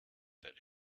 that